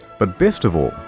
but best of all.